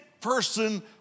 person